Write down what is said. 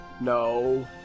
No